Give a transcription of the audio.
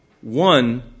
one